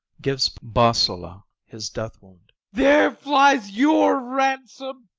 gives bosola his death-wound. there flies your ransom.